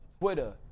Twitter